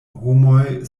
homoj